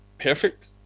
perfect